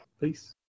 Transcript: Peace